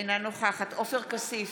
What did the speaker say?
אינה נוכחת עופר כסיף,